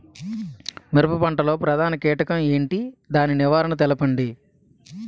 మిరప పంట లో ప్రధాన కీటకం ఏంటి? దాని నివారణ తెలపండి?